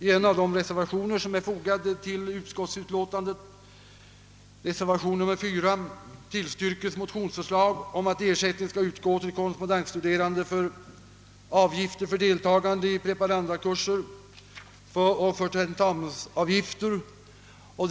I en av de reservationer som är fogad till utskottsutlåtandet, reservationen nr 4, tillstyrks motionsförslag om att ersättning skall utgå till korrespondensstuderande för avgifter för deltagande i preparandkurser och för avläggande av tentamina.